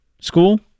school